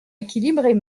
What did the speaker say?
équilibrées